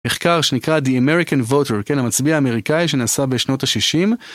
מחקר שנקרא The American Voter, המצביע האמריקאי שנעשה בשנות ה-60.